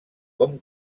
com